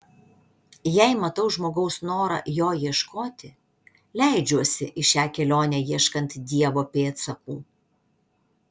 jei matau žmogaus norą jo ieškoti leidžiuosi į šią kelionę ieškant dievo pėdsakų